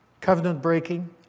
covenant-breaking